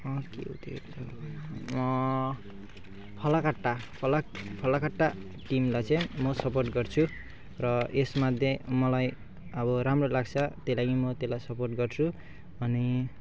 के थियो भुलेँ फालाकाटा फालाकाटा फालाकाटा टिमलाई चाहिँ म सपोर्ट गर्छु र यसमध्ये मलाई अब राम्रो लाग्छ त्यही लागि म त्यसलाई सपोर्ट गर्छु अनि